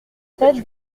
tête